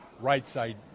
right-side